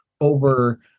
over